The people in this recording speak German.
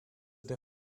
der